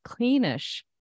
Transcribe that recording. cleanish